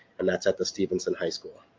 and that's at the stephenson high school.